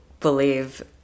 believe